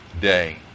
day